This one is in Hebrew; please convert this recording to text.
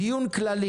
קודם היה דיון כללי.